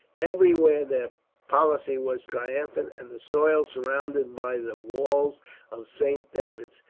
everywhere their policy was triumphant, and the soil surrounded by the walls of saint david's,